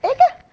eh ya ke